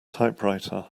typewriter